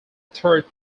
third